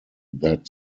that